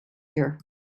year